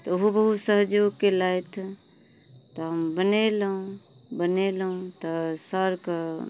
तऽ ओहो बहुत सहयोग कयलथि तऽ हम बनेलहुँ बनेलहुँ तऽ सरके